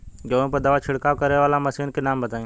गेहूँ पर दवा छिड़काव करेवाला मशीनों के नाम बताई?